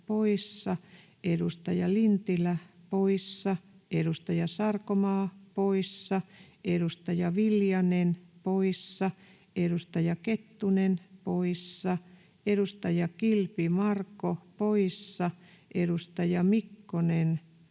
edustaja Lintilä poissa, edustaja Sarkomaa poissa, edustaja Viljanen poissa, edustaja Kettunen poissa, edustaja Kilpi, Marko poissa, edustaja Mikkonen, Krista